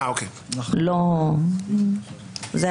היה